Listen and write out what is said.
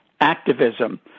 activism